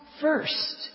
first